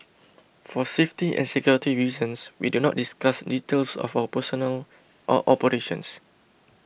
for safety and security reasons we do not discuss details of our personnel or operations